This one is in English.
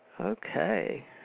Okay